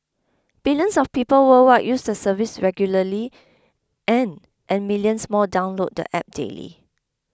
billions of people worldwide use the service regularly and and millions more download the app daily